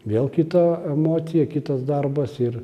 vėl kita emocija kitas darbas ir